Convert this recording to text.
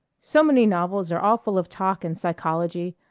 so many novels are all full of talk and psychology.